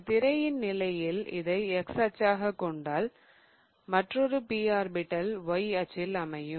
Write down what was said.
இந்த திரையின் நிலையில் இதை X அச்சாக கொண்டால் மற்றொரு p ஆர்பிடல் Y அச்சில் அமையும்